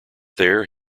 there